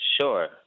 sure